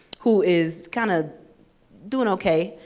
who is kinda doin' okay,